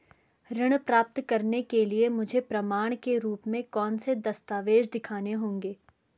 ऋण प्राप्त करने के लिए मुझे प्रमाण के रूप में कौन से दस्तावेज़ दिखाने होंगे?